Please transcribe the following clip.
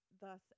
Thus